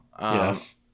Yes